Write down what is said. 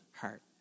heart